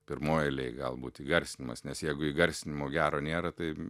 pirmoj eilėj galbūt įgarsinimas nes jeigu įgarsinimo gero nėra tai